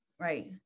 right